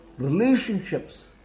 relationships